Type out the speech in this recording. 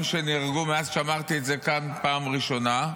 שנהרגו מאז שאמרתי את זה כאן בפעם הראשונה.